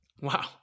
Wow